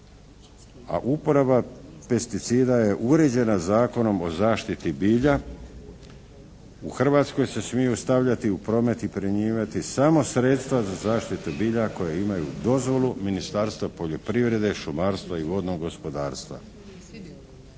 a uporaba pesticida je uređena Zakonom o zaštiti bilja. U Hrvatskoj se smiju stavljati u promet i primjenjivati samo sredstva za zaštitu bilja koje imaju dozvolu Ministarstva poljoprivrede, šumarstva i vodnog gospodarstva.